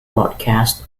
broadcast